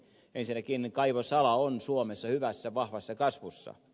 ensinnäkin kaivosala on suomessa hyvässä vahvassa kasvussa